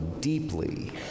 deeply